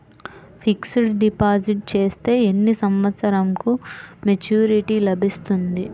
Fixed deposit చేస్తే ఎన్ని సంవత్సరంకు మెచూరిటీ లభిస్తుంది?